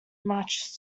much